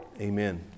Amen